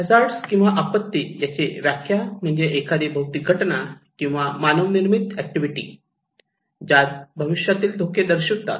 hazard किंवा आपत्ती याची व्याख्या म्हणजे एखादी भौतिक घटना किंवा मानव निर्मित ऍक्टिव्हिटी ज्यात भविष्यातील धोके दर्शवितात